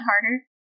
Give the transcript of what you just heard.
harder